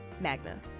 Magna